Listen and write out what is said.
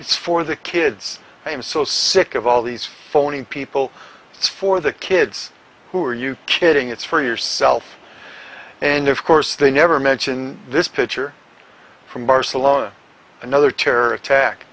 it's for the kids i'm so sick of all these phony people it's for the kids who are you kidding it's for yourself and of course they never mention this pitcher from barcelona another terror attack